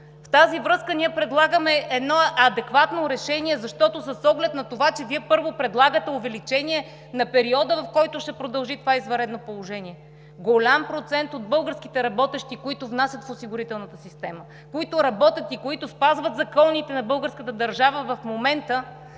В тази връзка ние предлагаме едно адекватно решение, защото с оглед на това, че Вие първо предлагате увеличение на периода, в който ще продължи това извънредно положение, голям процент от българските работещи, които внасят в осигурителната система, които работят и които спазват законите на българската държава, в момента